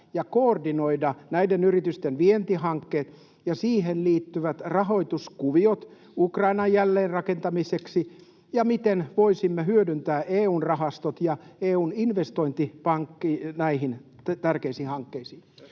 ja koordinoida näiden yritysten vientihankkeita ja niihin liittyviä rahoituskuvioita Ukrainan jälleenrakentamiseksi, ja miten voisimme hyödyntää EU:n rahastoja ja EU:n investointipankkia näihin tärkeisiin hankkeisiin?